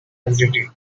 entity